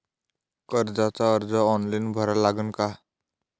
कर्जाचा अर्ज ऑनलाईन भरा लागन का?